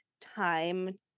time